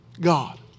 God